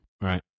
Right